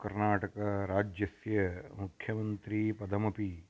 कर्णाटकराज्यस्य मुख्यमन्त्रीपदमपि